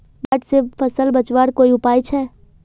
बाढ़ से फसल बचवार कोई उपाय छे?